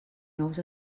nous